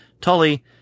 Tully